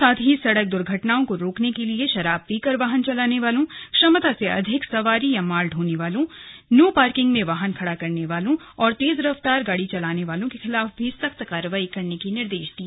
साथ ही सड़क दुर्घटनाओं को रोकने के लिए शराब पीकर वाहन चलाने वालों क्षमता से अधिक सवारी या माल ढोने वाले नो पार्किंग में वाहन खड़ा करने वालों और तेज रफ्तार गाड़ी चलाने वालों के खिलाफ भी सख्त कार्रवाई के निर्देश दिए